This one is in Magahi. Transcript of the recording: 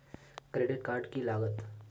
क्रेडिट कार्ड की लागत?